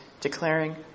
declaring